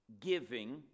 Giving